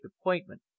appointment